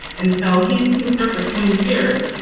and so he he was there for twenty years.